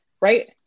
Right